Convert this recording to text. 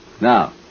Now